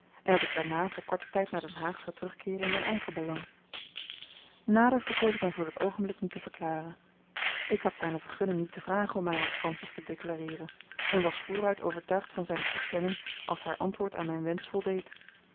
en dat ik daarna voor korten tijd naar den haag zou terugkeeren in mijn eigen belang nader verkoos ik mij voor dat oogenblik niet te verklaren ik had zijne vergunning niet te vragen om mij aan francis te declareeren en was vooruit overtuigd van zijne toestemming als haar antwoord aan mijn wensch voldeed